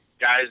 guys